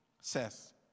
says